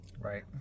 Right